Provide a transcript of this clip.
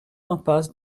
impasse